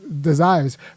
desires